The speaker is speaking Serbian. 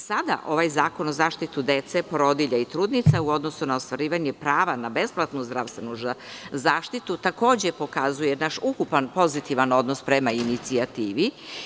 Sada ovaj zakon o zaštiti dece, porodilja i trudnica u odnosu na ostvarivanje prava na besplatnu zdravstvenu zaštitu, takođe pokazuje naš ukupan pozitivan odnos prema inicijativi.